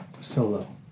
solo